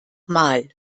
mal